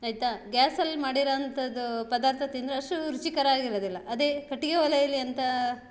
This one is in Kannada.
ಆಯಿತಾ ಗ್ಯಾಸಲ್ಲಿ ಮಾಡಿರೊ ಅಂತದ್ದು ಪದಾರ್ಥ ತಿಂದರೆ ಅಷ್ಟು ರುಚಿಕರ ಆಗಿರೋದಿಲ್ಲ ಅದೇ ಕಟ್ಟಿಗೆ ಒಲೆಯಲ್ಲಿ ಅಂತ